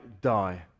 die